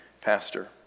pastor